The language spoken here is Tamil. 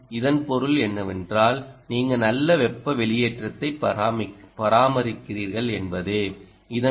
இதன் பொருள் என்னவென்றால் நீங்கள் நல்ல வெப்ப வெளியேற்றத்தைப் பராமரிக்கிறீர்கள் என்பதே இதன் பொருள்